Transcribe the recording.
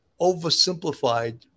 oversimplified